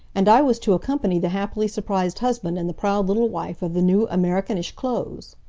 and i was to accompany the happily surprised husband and the proud little wife of the new amerikanische clothes.